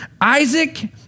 isaac